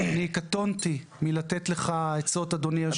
אדוני היושב-ראש, קטונתי מלתת לך עצות.